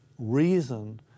Reason